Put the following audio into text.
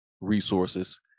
resources